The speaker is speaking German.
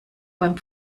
beim